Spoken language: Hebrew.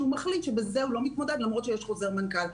שהוא מחליט שעם זה הוא לא מתמודד למרות שיש חוזר מנכ"ל.